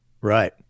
Right